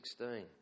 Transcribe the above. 16